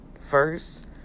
first